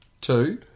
Two